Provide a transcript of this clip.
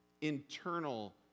internal